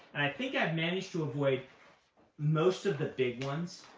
and i think i've managed to avoid most of the big ones.